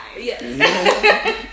Yes